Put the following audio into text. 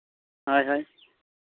ᱦᱳᱭ ᱦᱳᱭ